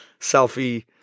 selfie